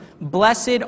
blessed